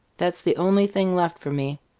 that's the only thing left for me.